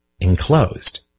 enclosed